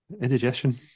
Indigestion